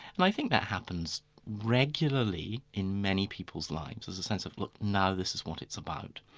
and i think that happens regularly in many people's lives there's a sense of, look now, this is what it's about.